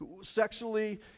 sexually